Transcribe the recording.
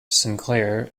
sinclair